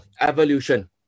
Evolution